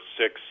six